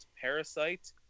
Parasite